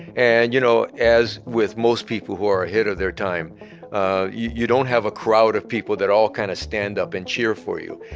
and you know as with most people who are ahead of their time ah you don't have a crowd of people that all kind of stand up and cheer for you.